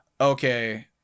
okay